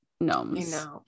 gnomes